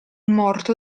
morto